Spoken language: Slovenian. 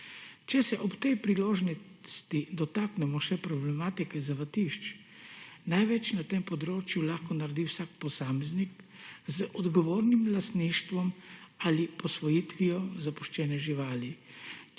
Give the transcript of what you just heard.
Če se ob tej priložnosti dotaknemo še problematike zavetišč, največ na tem področju lahko naredi vsak posameznik z odgovornim lastništvom ali posvojitvijo zapuščene živali.